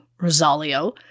Rosalio